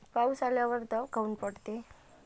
पाऊस आल्यावर दव काऊन पडते?